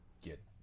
get